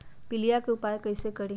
पीलिया के उपाय कई से करी?